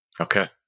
Okay